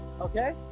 Okay